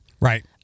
right